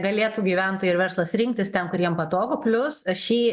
galėtų gyventojai ir verslas rinktis ten kur jiem patogu plius šį